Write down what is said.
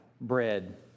bread